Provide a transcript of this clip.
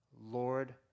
lord